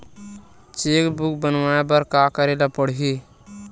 Cheque book बनवाय बर का करे ल पड़हि?